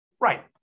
right